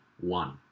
one